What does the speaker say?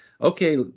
okay